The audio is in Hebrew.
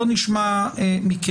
בואו נשמע מכם,